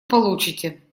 получите